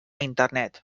internet